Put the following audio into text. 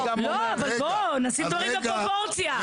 לא, אבל בואו נשים דברים בפרופורציה.